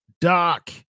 Doc